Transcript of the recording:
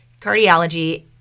cardiology